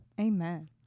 amen